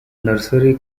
nursery